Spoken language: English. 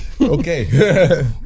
Okay